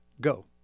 Go